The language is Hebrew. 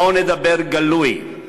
בואו נדבר גלוי: